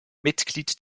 mitglied